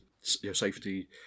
Safety